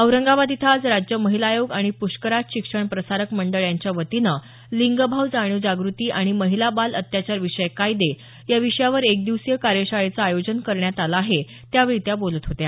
औरंगाबाद इथं आज राज्य महिला आयोग आणि प्ष्कराज शिक्षण प्रसारक मंडळ यांच्या वतीनं लिंगभाव जाणीव जागृती आणि महिला बाल अत्याचार विषयक कायदे या विषयावर एक दिवसीय कार्यशाळेचं आयोजन करण्यात आलं आहे त्यावेळी त्या बोलत होत्या